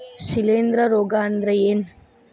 ಶಿಲೇಂಧ್ರ ರೋಗಾ ಅಂದ್ರ ಏನ್?